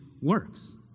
works